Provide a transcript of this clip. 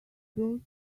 those